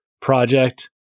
project